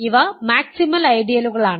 ഇവ മാക്സിമൽ ഐഡിയലുകളാണ്